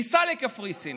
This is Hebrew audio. ניסע לקפריסין,